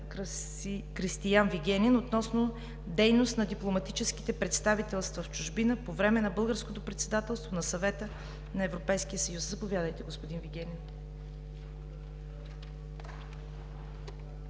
Кристиан Вигенин относно дейност на дипломатическите представителства в чужбина по време на българското председателство на Съвета на Европейския съюз. Заповядайте, господин Вигенин.